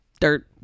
dirt